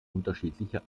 unterschiedliche